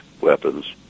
weapons